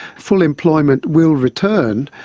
full employment will return,